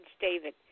David